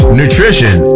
nutrition